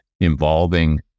involving